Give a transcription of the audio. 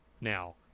Now